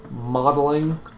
modeling